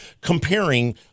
comparing